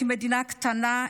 כמדינה קטנה,